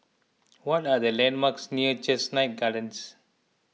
what are the landmarks near Chestnut Gardens